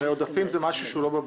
העודפים זה משהו שהוא לא בבסיס.